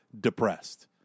depressed